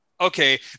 okay